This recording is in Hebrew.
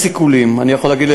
אני יכול להגיד,